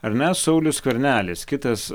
ar ne saulius skvernelis kitas